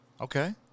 Okay